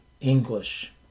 English